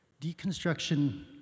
Deconstruction